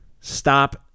stop